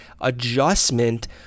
adjustment